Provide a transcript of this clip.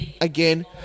Again